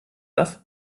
das